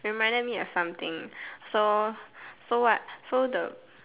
reminded me of something so so what so the